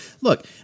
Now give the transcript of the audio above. Look